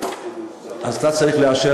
אז אתה צריך לאשר,